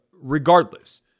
regardless